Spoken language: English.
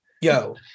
Yo